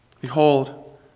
Behold